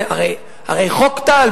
הרי חוק טל,